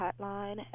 hotline